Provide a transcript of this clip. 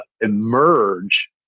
emerge